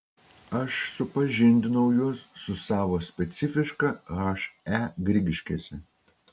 aš supažindinau juos su savo specifiška he grigiškėse